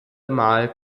mal